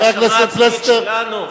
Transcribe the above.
בהאשמה הפנימית שלנו,